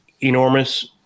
enormous